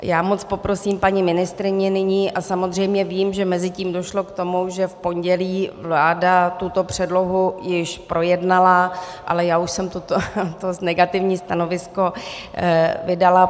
Já moc poprosím paní ministryni nyní a samozřejmě vím, že mezitím došlo k tomu, že v pondělí vláda tuto předlohu již projednala, ale já už jsem toto negativní stanovisko vydala.